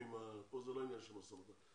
פה זה לא עניין של משא ומתן,